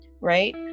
Right